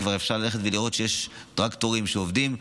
אפשר ללכת ולראות שיש טרקטורים שעובדים,